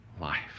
life